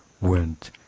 went